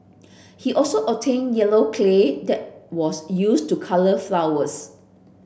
he also obtained yellow clay that was used to colour flowers